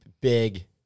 big